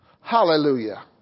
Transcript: Hallelujah